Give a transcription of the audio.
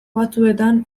batzuetan